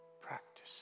practice